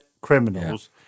Criminals